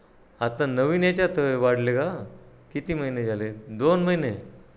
आत्ता नवीन याच्यात वाढले का किती महिने झाले दोन महिने